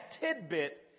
tidbit